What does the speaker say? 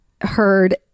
heard